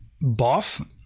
buff